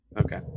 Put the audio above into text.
Okay